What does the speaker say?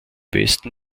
westen